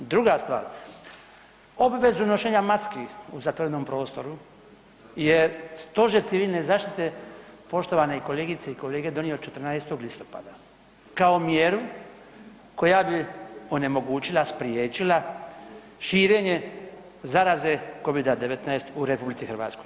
Druga stvar, obvezu nošenja maski u zatvorenom prostoru je Stožer civilne zaštite poštovane kolegice i kolege donio 14. listopada kao mjeru koja bi onemogućila, spriječila širenje zaraze covida-19 u RH.